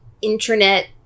internet